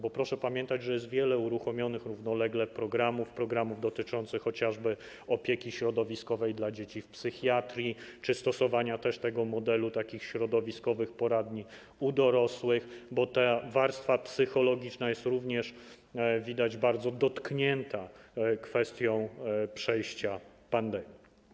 Proszę bowiem pamiętać, że jest wiele uruchomionych równolegle programów, programów dotyczących chociażby opieki środowiskowej dla dzieci w psychiatrii czy stosowania też tego modelu takich środowiskowych poradni w przypadku dorosłych, bo warstwa psychologiczna jest również, jak widać, bardzo dotknięta kwestią pandemii.